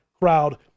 crowd